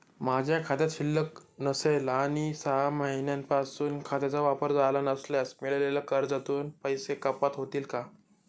माझ्या खात्यात शिल्लक नसेल आणि सहा महिन्यांपासून खात्याचा वापर झाला नसल्यास मिळालेल्या कर्जातून पैसे कपात होतील का?